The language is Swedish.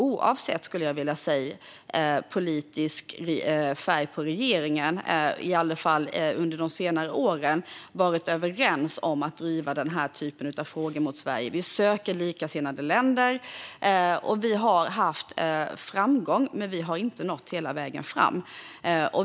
Oavsett politisk färg på regeringen har Sverige, i alla fall under senare år, varit överens om att driva den här typen av frågor. Vi söker stöd hos likasinnade länder, och vi har haft framgång men inte nått hela vägen fram.